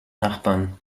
nachbarn